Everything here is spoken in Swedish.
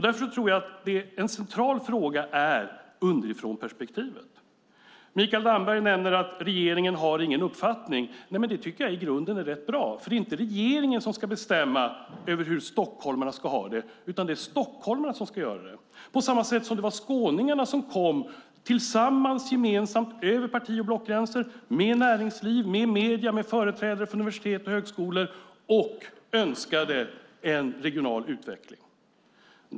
Därför tror jag att en central fråga är underifrånperspektivet. Mikael Damberg nämner att regeringen inte har någon uppfattning. Jag tycker att det i grunden är rätt bra, för det är inte regeringen som ska bestämma över hur stockholmarna ska ha det. Det är stockholmarna som ska göra det, på samma sätt som det var skåningarna som tillsammans och gemensamt över parti och blockgränser med näringsliv, med medier, med företrädare för universitet och högskolor kom och önskade en regional utveckling.